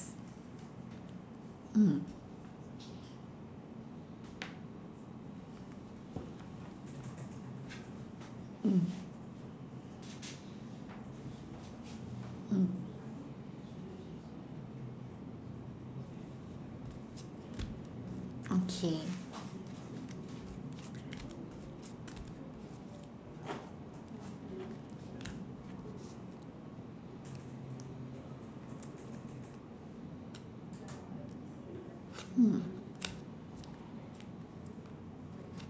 mm mm mm okay hmm